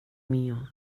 mío